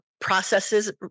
processes